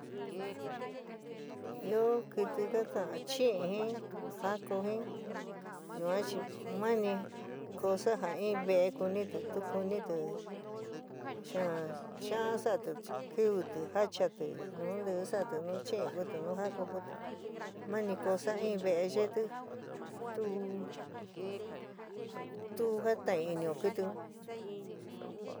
Io kɨtɨ ka ka'án chɨín jin jáko jiín yuan chi mani cosa ja in veé kúnitɨ tu kúnitɨ, xaán cha'án sa'ati chi kɨvitɨ, jáchati nú ntɨɨ sa'atɨ, nú chɨín kuti nu jáko kutɨ, mani cosa in veé yéti tu tu jataín inɨó kɨtɨ un.